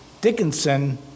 Dickinson